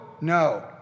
no